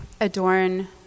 adorn